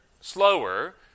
slower